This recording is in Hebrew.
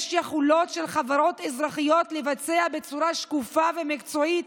יש יכולות של חברות אזרחיות לבצע את האיכון הזה בצורה שקופה ומקצועית.